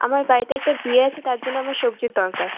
আমার বাড়িতে একটা বিয়ে আছে তার জন্য আমার সবজির দরকার